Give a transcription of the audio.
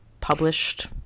published